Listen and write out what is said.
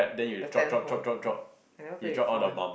the ten holes I never play before eh